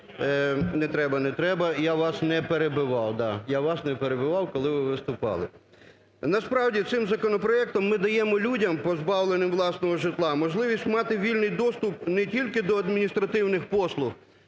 не перебивав. Да, я вас не перебивав, коли ви виступали. Насправді цим законопроектом ми даємо людям, позбавленим власного житла, можливість мати вільний доступ не тільки до адміністративних послуг